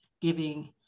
giving